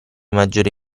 maggiore